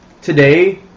today